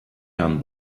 herrn